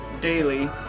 daily